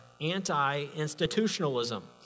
anti-institutionalism